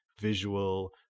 visual